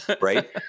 Right